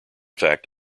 fact